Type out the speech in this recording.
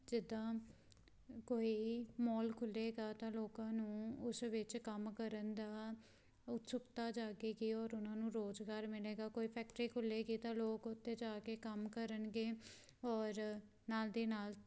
ਜਿੱਦਾਂ ਕੋਈ ਮੋਲ ਖੁਲ੍ਹੇਗਾ ਤਾਂ ਲੋਕਾਂ ਨੂੰ ਉਸ ਵਿੱਚ ਕੰਮ ਕਰਨ ਦਾ ਉਤਸੁਕਤਾ ਜਾਗੇਗੀ ਔਰ ਉਹਨਾਂ ਨੂੰ ਰੁਜ਼ਗਾਰ ਮਿਲੇਗਾ ਕੋਈ ਫੈਕਟਰੀ ਖੁਲ੍ਹੇਗਾ ਤਾਂ ਲੋਕ ਉੱਥੇ ਜਾ ਕੇ ਕੰਮ ਕਰਨਗੇ ਔਰ ਨਾਲ ਦੀ ਨਾਲ